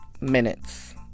minutes